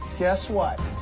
guess what.